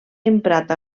emprat